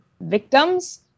victims